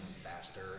faster